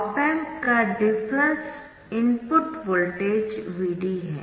op amp का difference input voltage Vd है